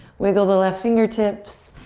wiggle the left fingertips,